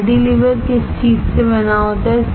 cantilever किस चीज से बना होता है